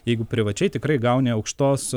jeigu privačiai tikrai gauni aukštos